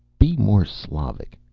be more slavic.